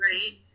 Right